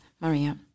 Maria